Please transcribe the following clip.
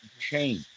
change